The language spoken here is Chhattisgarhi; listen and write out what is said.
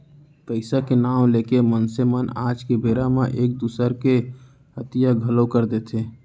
पइसा के नांव लेके मनसे मन आज के बेरा म एक दूसर के हइता घलौ कर देथे